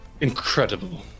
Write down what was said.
Incredible